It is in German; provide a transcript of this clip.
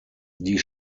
die